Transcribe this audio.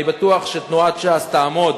אני בטוח שתנועת ש"ס תעמוד